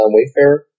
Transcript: Wayfarer